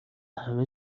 همه